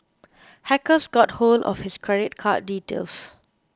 hackers got hold of his credit card details